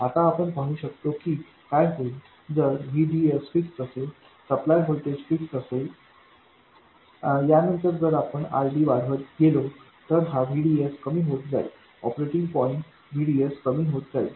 आता आपण पाहू शकतो की काय होईल जर VDS फिक्स असेल सप्लाय होल्टेज फिक्स असेल यानंतर जर आपण RD वाढवत गेलो तर हा VDS कमी होत जाईल ऑपरेटिंग पॉईंट VDS कमी होत जाईल